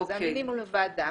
שזה המינימום לוועדה,